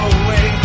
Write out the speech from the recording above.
away